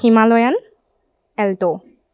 himalayan alto